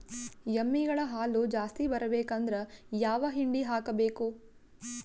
ಎಮ್ಮಿ ಗಳ ಹಾಲು ಜಾಸ್ತಿ ಬರಬೇಕಂದ್ರ ಯಾವ ಹಿಂಡಿ ಹಾಕಬೇಕು?